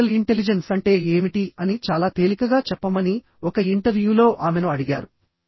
spiritual intelligence అంటే ఏమిటి అని చాలా తేలికగా చెప్పమని ఒక ఇంటర్వ్యూలో ఆమెను అడిగారు